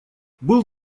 был